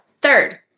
third